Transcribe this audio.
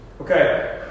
Okay